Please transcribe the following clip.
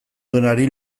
duenari